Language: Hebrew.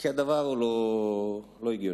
כי הדבר הוא לא הגיוני,